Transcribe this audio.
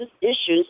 issues